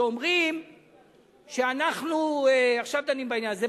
שאומרים שאנחנו עכשיו דנים בעניין הזה,